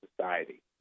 society